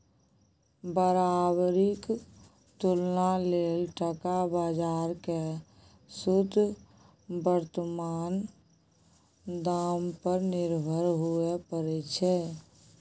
बराबरीक तुलना लेल टका बजार केँ शुद्ध बर्तमान दाम पर निर्भर हुअए परै छै